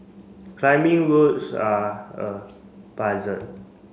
climbing routes are a puzzle